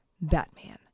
Batman